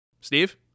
Steve